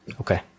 Okay